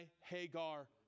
Hagar